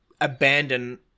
abandon